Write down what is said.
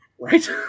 Right